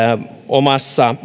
omassa